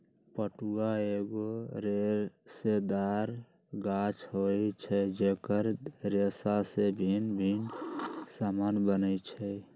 पटुआ एगो रेशेदार गाछ होइ छइ जेकर रेशा से भिन्न भिन्न समान बनै छै